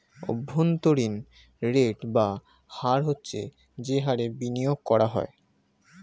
অভ্যন্তরীণ রেট বা হার হচ্ছে যে হারে বিনিয়োগ করা হয়